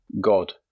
God